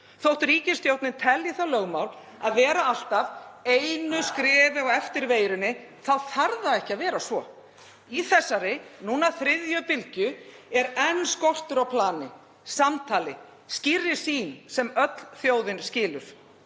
Þótt ríkisstjórnin telji það lögmál að vera alltaf einu skrefi á eftir veirunni þarf það ekki að vera svo. Í þessari, nú þriðju bylgju er enn skortur á plani og samtali, skýrri sýn sem þjóðin öll skilur.